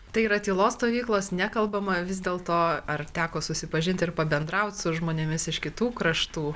tai yra tylos stovyklos nekalbama vis dėlto ar teko susipažint ir pabendraut su žmonėmis iš kitų kraštų